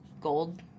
gold